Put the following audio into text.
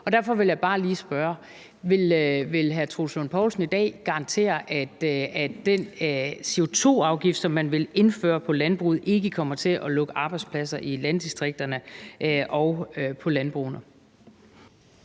Og derfor vil jeg bare lige spørge: Vil hr. Troels Lund Poulsen i dag garantere, at den CO2-afgift, som man vil indføre på landbruget, ikke kommer til at lukke arbejdspladser i landdistrikterne og på landbrugene?